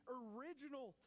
original